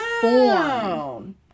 form